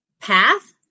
path